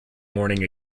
morning